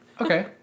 Okay